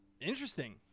Interesting